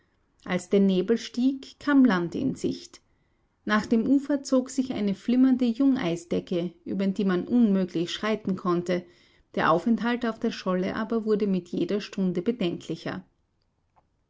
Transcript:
als der nebel stieg kam land in sicht nach dem ufer zog sich eine flimmernde jungeisdecke über die man unmöglich schreiten konnte der aufenthalt auf der scholle aber wurde mit jeder stunde bedenklicher